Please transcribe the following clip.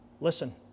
Listen